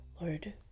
lord